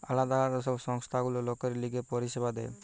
আলদা আলদা সব সংস্থা গুলা লোকের লিগে পরিষেবা দেয়